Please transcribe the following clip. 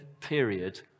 period